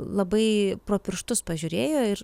labai pro pirštus pažiūrėjo ir